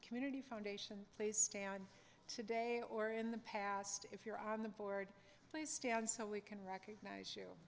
community foundation please stand today or in the past if you're on the board please stand so we can recognize you